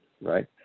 right